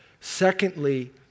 Secondly